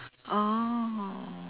oh